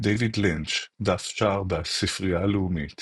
דיוויד לינץ', דף שער בספרייה הלאומית